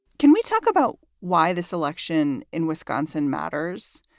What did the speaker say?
can we talk about why this election in wisconsin matters?